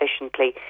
efficiently